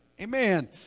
Amen